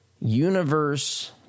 universe